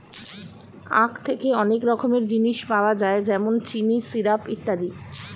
আখ থেকে অনেক রকমের জিনিস পাওয়া যায় যেমন চিনি, সিরাপ ইত্যাদি